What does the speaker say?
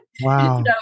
Wow